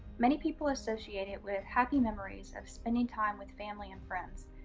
many people associate it with happy memories of spending time with family and friends,